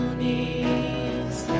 knees